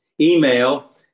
email